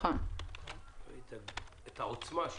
בבואי להחליט על עוצמת ההחלטה.